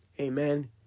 Amen